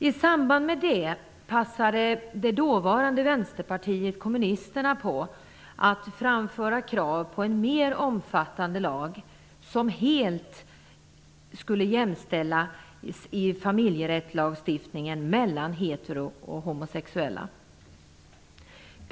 I samband med det passade det dåvarande Vänsterpartiet kommunisterna på att framföra krav på en mera omfattande lag, som i familjerättslagstiftningen helt skulle jämställa hetero och homosexuella.